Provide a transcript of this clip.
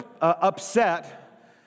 upset